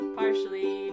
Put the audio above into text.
partially